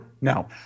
No